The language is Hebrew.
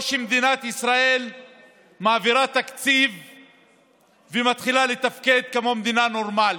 או שמדינת ישראל מעבירה תקציב ומתחילה לתפקד כמו מדינה נורמלית,